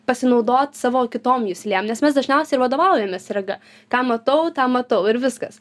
pasinaudot savo kitom juslėm nes mes dažniausiai ir vadovaujamės rega ką matau tą matau ir viskas